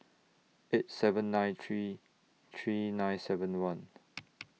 eight seven nine three three nine seven one